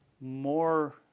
more